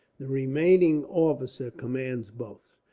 the remaining officer commands both.